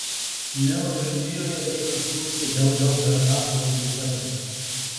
neva vilnijoje ėmęs smukti llra autoritetas